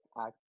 act